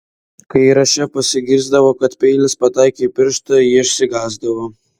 kai įraše pasigirsdavo kad peilis pataikė į pirštą ji išsigąsdavo